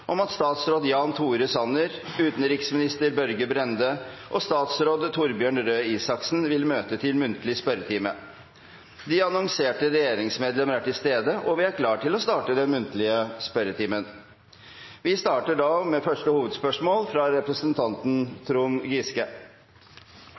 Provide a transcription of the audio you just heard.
om at statsråd Jan Tore Sanner, utenriksminister Børge Brende og statsråd Torbjørn Røe Isaksen vil møte til muntlig spørretime. De annonserte regjeringsmedlemmer er til stede, og vi er klare til å starte den muntlige spørretimen. Første hovedspørsmål er fra representanten